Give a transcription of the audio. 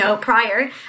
prior